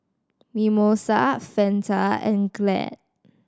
Mimosa Fanta and Glad